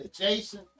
Jason